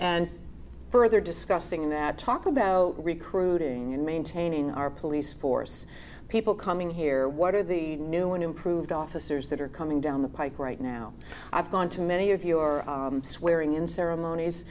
and further discussing that talk about recruiting and maintaining our police force people coming here what are the new and improved officers that are coming down the pike right now i've gone to many of your swearing in ceremonies